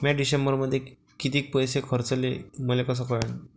म्या डिसेंबरमध्ये कितीक पैसे खर्चले मले कस कळन?